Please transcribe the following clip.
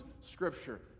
scripture